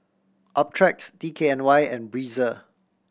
Optrex D K N Y and Breezer